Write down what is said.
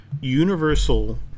Universal